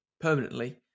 permanently